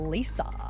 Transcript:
Lisa